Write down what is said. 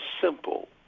simple